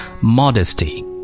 modesty